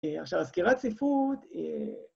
עכשיו, הסקירת ספרות.